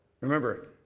Remember